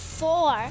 four